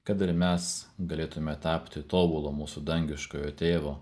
kad ir mes galėtume tapti tobulo mūsų dangiškojo tėvo